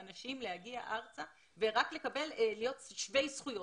אנחנו כאן בעניין של לאפשר לאנשים להגיע ארצה ורק להיות שווי זכויות.